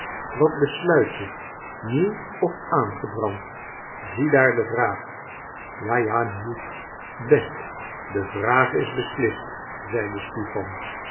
wat besluit je nieuw of aangebrand ziedaar de vraag ja ja nieuw best de vraag is beslist zeide stipan